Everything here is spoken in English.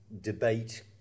debate